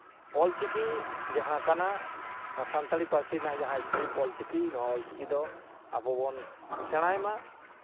ᱚᱞᱪᱤᱠᱤ ᱡᱟᱦᱟᱸ ᱠᱟᱱᱟ ᱥᱟᱱᱛᱟᱲᱤ ᱯᱟᱹᱨᱥᱤ ᱨᱮᱱᱟᱜ ᱡᱟᱦᱟᱸ ᱤᱥᱠᱨᱤᱯᱴ ᱚᱞᱪᱤᱠᱤ ᱱᱚᱣᱟ ᱚᱞᱪᱤᱠᱤ ᱫᱚ ᱟᱵᱚ ᱵᱚᱱ ᱥᱮᱬᱟᱭ ᱢᱟ